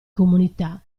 comunità